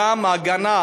חסון,